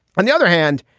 on the other hand,